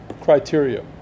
criteria